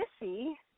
Missy